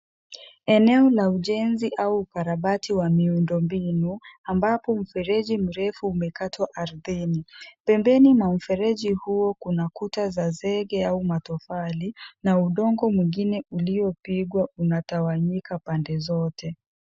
Eneo la ujenzi au ukarabati wa miundombinu, ambapo mfereji mrefu umekatwa ardhini. Pembeni mwa mfereji huo kuna kuta za zege au matofali, na udongo mwingine uliopigwa umetawanyika pande zote.